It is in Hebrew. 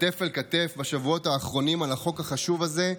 כתף אל כתף בשבועות האחרונים על החוק החשוב הזה,